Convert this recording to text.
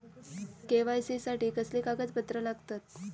KYC साठी कसली कागदपत्र लागतत?